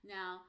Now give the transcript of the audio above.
Now